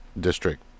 District